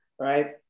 right